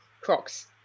crocs